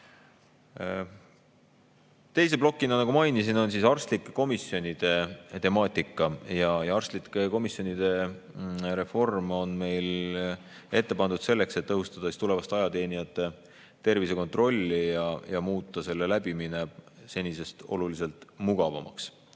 Teise plokina, nagu mainisin, on arstlike komisjonide temaatika. Arstlike komisjonide reform on meil ette pandud selleks, et tõhustada tulevaste ajateenijate tervisekontrolli ja muuta selle läbimine senisest oluliselt mugavamaks.